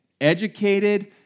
educated